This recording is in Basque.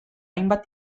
hainbat